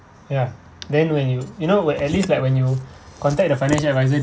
ya then when you you know where at least like when you contact the financial advisor